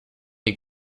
les